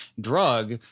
drug –